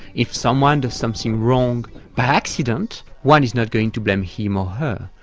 if someone does something wrong by accident one is not going to blame him or her,